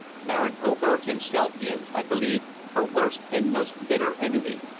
baron oberg himself is, i believe, her worst and most bitter enemy.